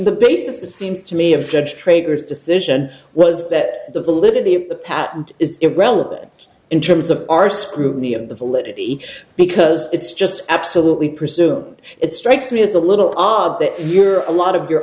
the basis of seems to me of judge traders decision was that the validity of the patent is irrelevant in terms of our scrutiny of the validity because it's just absolutely pursued it strikes me as a little odd that your a lot of your